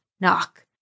knock